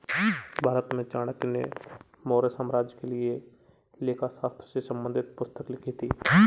भारत में चाणक्य ने मौर्य साम्राज्य के लिए लेखा शास्त्र से संबंधित पुस्तक लिखी थी